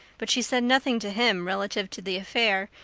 but she said nothing, to him, relative to the affair,